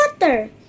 water